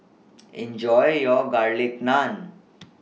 Enjoy your Garlic Naan